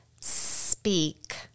speak